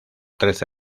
trece